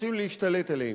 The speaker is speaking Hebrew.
רוצים להשתלט עליהן.